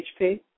HP